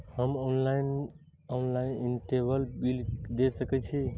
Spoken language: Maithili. हम ऑनलाईनटेबल बील दे सके छी?